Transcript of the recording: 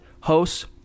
Hosts